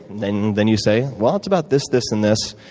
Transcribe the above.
then then you say, well, it's about this, this, and this.